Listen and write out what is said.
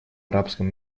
арабском